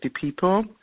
people